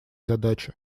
задачи